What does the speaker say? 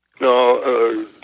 No